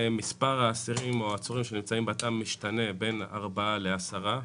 מספר האסירים או העצורים שנמצאים בתא משתנה בין ארבעה לעשרה,